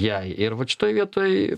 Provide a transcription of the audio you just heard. jai ir vat šitoj vietoj